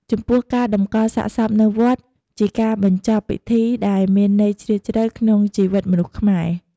ចំពោះការតម្កលសាកសពនៅវត្តជាការបញ្ចប់ពិធីដែលមានន័យជ្រាលជ្រៅក្នុងជីវិតមនុស្សខ្មែរ។